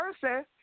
person